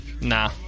Nah